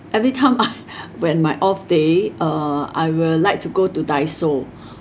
every time I when my off day uh I will like to go to Daiso